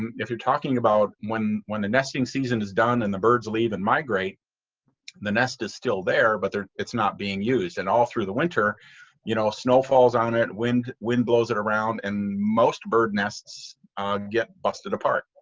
if you're talking about when when the nesting season is done and the birds leave and migrate the nest is still there but it's not being used and all through the winter you know snow falls on it, wind wind blows it around and most bird nests get busted apart.